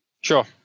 Sure